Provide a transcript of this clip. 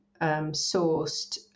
sourced